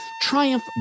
Triumph